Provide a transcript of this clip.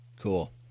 cool